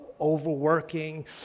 overworking